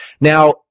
Now